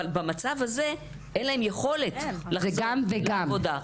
אבל במצב הזה אין להן יכולת לחזור לעבודה.